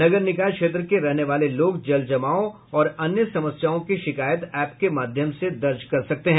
नगर निकाय क्षेत्र के रहने वाले लोग जल जमाव और अन्य समस्याओं की शिकायत एप के माध्यम से दर्ज कर सकते हैं